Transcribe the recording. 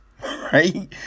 Right